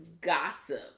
gossip